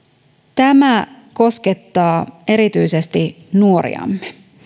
tämä koskettaa erityisesti nuoriamme